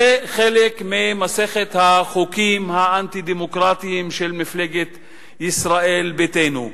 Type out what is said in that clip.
החוק הינו חלק ממסכת החוקים האנטי-דמוקרטיים של מפלגת ישראל ביתנו.